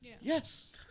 Yes